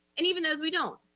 and even those we don't.